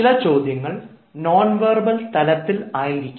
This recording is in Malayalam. ചില ചോദ്യങ്ങൾ നോൺ വെർബൽ തലത്തിൽ ആയിരിക്കും